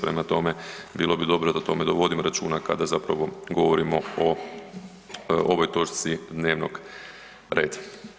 Prema tome, bilo bi dobro da o tome vodimo računa kada zapravo govorimo o ovoj točci dnevnoga reda.